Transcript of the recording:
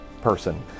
person